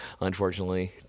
Unfortunately